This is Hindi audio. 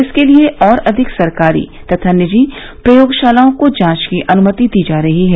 इसके लिए और अधिक सरकारी तथा निजी प्रयोगशालाओं को जांच की अनुमति दी जा रही है